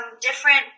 different